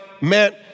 meant